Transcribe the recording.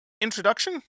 introduction